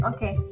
Okay